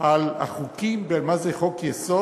על החוקים ומה זה חוק-יסוד,